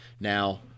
now